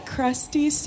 Crusty